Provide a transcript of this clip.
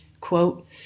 Quote